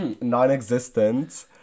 non-existent